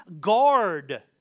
guard